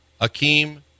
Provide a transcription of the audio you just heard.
Akeem